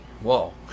Whoa